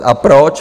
A proč?